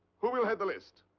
who will head the list?